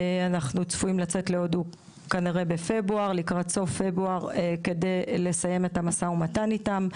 אנחנו צפויים לצאת להודו לקראת סוף פברואר כדי לסיים את המשא ומתן איתם.